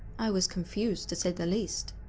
i was confused to say the least.